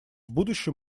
будущем